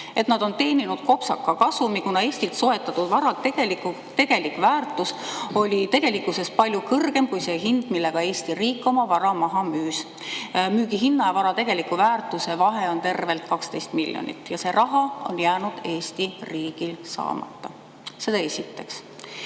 et nad on teeninud kopsaka kasumi, kuna Eestilt soetatud vara tegelik väärtus oli tegelikkuses palju kõrgem kui see hind, millega Eesti riik oma vara maha müüs. Müügihinna ja vara tegeliku väärtuse vahe on tervelt 12 miljonit ja see raha on jäänud Eesti riigil saamata. Seda esiteks.